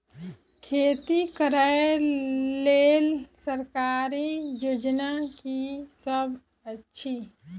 खेती करै लेल सरकारी योजना की सब अछि?